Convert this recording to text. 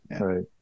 right